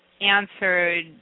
answered